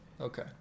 Okay